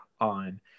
on